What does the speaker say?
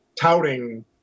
touting